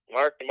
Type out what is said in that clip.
Mark